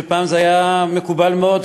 שפעם זה היה מקובל מאוד,